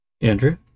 Andrew